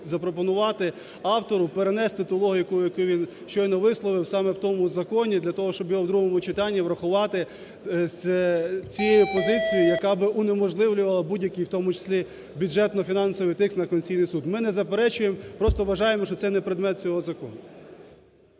запропонувати автору перенести ту логіку, яку він щойно висловив, саме в тому законі для того, щоб його в другому читанні врахувати з цією позицією, яка би унеможливлювала будь-який, в тому числі бюджетно-фінансовий тиск на Конституційний Суд. Ми не заперечуємо, просто вважаємо, що це не предмет цього закону.